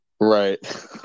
Right